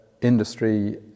industry